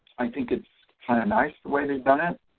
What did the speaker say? i think it's kind of nice the way they've done it